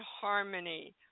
harmony